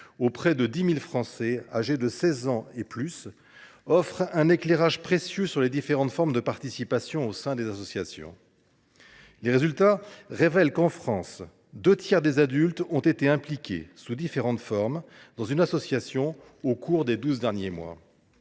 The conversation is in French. plus de 10 000 Français âgés de 16 ans et plus, offre un éclairage précieux sur les différentes formes de participation au sein des associations. Les résultats révèlent que, en France, deux tiers des adultes ont été impliqués, sous différentes formes, dans une association au cours des douze derniers mois.